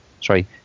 sorry